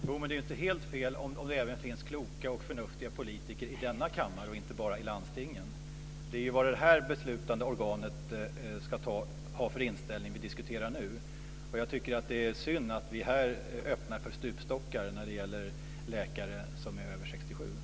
Fru talman! Jo, men det är inte helt fel om det finns kloka och förnuftiga politiker även i denna kammare och inte bara i landstingen. Det som vi diskuterar nu är vilken inställning det här beslutande organet ska ha. Jag tycker att det är synd att vi här öppnar för stupstockar när det gäller läkare som är över 67 år.